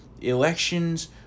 elections